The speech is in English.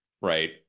Right